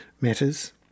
matters